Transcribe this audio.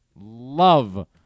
love